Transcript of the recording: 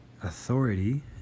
authority